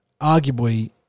arguably